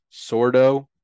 Sordo